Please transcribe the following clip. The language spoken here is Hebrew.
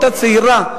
אותה צעירה,